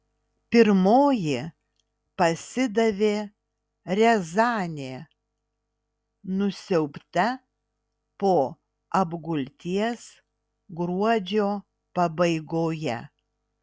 pirmoji pasidavė riazanė nusiaubta po apgulties gruodžio pabaigoje